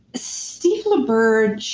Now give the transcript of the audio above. steve laberge